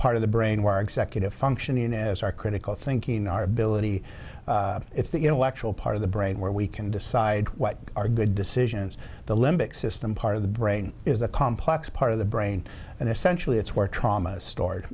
part of the brain where executive functioning is our critical thinking our ability it's the intellectual part of the brain where we can decide what are good decisions the limbic system part of the brain is the complex part of the brain and essentially it's where trauma is stored